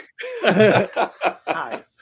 hi